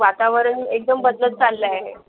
वातावरण एकदम बदलत चाललं आहे